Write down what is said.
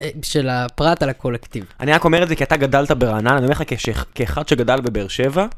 של הפרט על הקולקטיב. אני רק אומר את זה כי אתה גדלת ברעננה, אני אומר לך כאחד שגדל בבר שבע?